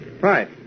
right